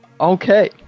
Okay